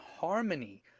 harmony